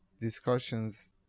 discussions